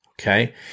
Okay